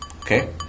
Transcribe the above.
okay